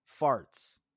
farts